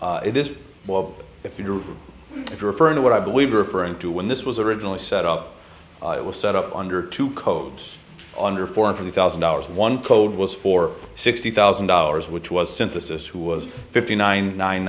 yes it is well if you are referring to what i believe referring to when this was originally set up it was set up under two codes under forty thousand dollars one code was for sixty thousand dollars which was synthesis who was fifty nine nine